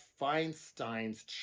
feinstein's